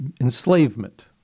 enslavement